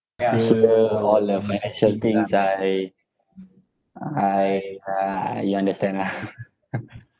all the financial things I I uh you understand lah